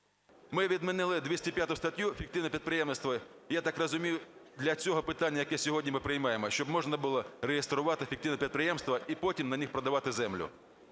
Ми відмінили 205 статтю "фіктивне підприємництво", я так розумію, для цього питання, яке сьогодні ми приймаємо, щоб можна було реєструвати фіктивні підприємства і потім на них продавати землю.